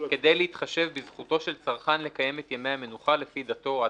כדי להתחשב בזכותו של צרכן לקיים את ימי המנוחה לפי דתו או עדתו,